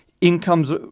incomes